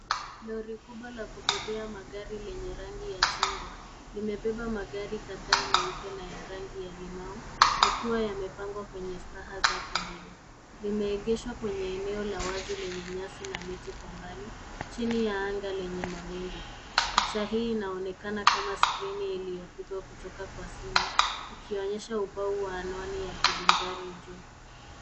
Lori kubwa la kubebea magari lenye rangi ya chungwa, limebeba magari kadhaa meupe na ya rangi ya limau yakiwa yamepangwa kwenye staha zake mbili. Limeegeshwa kwenye eneo la wazi lenye nyasi na miti kwa mbali chini ya anga lenye mawingu. Picha hii inaonekana kama skrini iliyopigwa kutoka kwa simu ikionyesha upau wa anwani ya kivinjari ya juu.